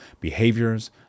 behaviors